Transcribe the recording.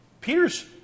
Peter's